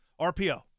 RPO